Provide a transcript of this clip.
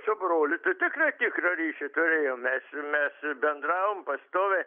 su broliu tai tikrai tikrą ryšį turėjom mes mes bendravom pastoviai